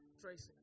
Tracy